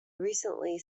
recently